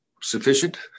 sufficient